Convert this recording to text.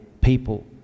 people